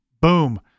Boom